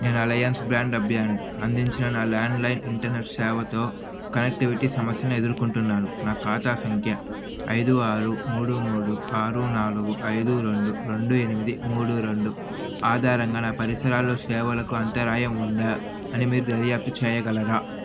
నేను అలయన్స్ అందించిన నా ల్యాండ్లైన్ ఇంటర్నెట్ సేవతో కనెక్టివిటీ సమస్యలను ఎదుర్కొంటున్నాను నా ఖాతా సంఖ్య ఐదు ఆరు మూడు మూడు ఆరు నాలుగు ఐదు రెండు రెండు ఎనిమిది మూడు రెండు ఆధారంగా నా పరిసరాల్లో సేవలకు అంతరాయం ఉందా అని మీరు దర్యాప్తు చేయగలరా